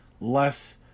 less